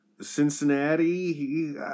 Cincinnati